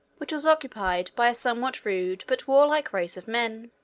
which was occupied by a somewhat rude but warlike race of men.